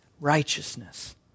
righteousness